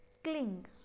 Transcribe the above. Cling